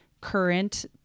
current